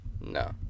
No